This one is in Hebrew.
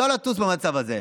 לא לטוס במצב הזה.